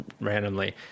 randomly